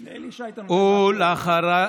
ואחריו,